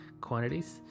quantities